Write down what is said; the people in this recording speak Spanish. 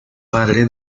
padre